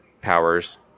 powers